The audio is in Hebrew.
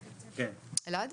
אלעד,